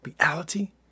reality